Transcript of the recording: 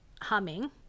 Humming